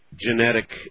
genetic